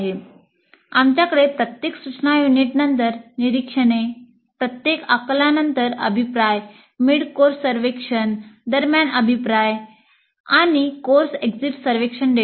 आमच्याकडे प्रत्येक सूचना युनिटनंतर निरीक्षणे प्रत्येक आकलनानंतर अभिप्राय मिड कोर्स सर्वेक्षण दरम्यान अभिप्राय आणि कोर्स एक्झीट सर्वेक्षण डेटा आहे